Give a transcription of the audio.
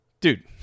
Dude